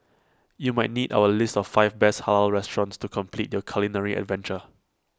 you might need our list of five best Halal restaurants to complete your culinary adventure